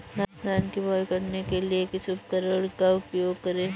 धान की बुवाई करने के लिए किस उपकरण का उपयोग करें?